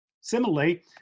Similarly